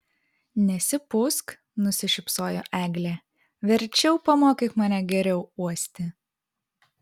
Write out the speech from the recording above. nesipūsk nusišypsojo eglė verčiau pamokyk mane geriau uosti